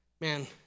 man